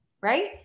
right